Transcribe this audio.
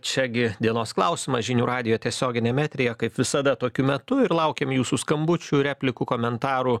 čia gi dienos klausimas žinių radijo tiesioginiam eteryje kaip visada tokiu metu ir laukiam jūsų skambučių replikų komentarų